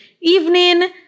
evening